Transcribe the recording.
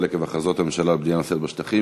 עקב הכרזות הממשלה על בנייה נוספת בשטחים,